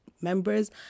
members